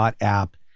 app